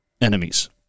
enemies